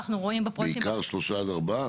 בעיקר שלושה עד ארבעה?